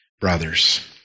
brothers